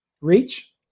reach